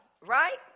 right